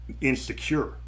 insecure